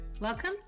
Welcome